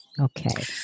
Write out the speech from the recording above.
Okay